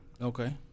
Okay